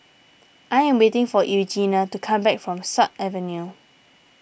I am waiting for Eugenia to come back from Sut Avenue